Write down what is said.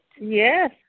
Yes